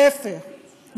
להפך,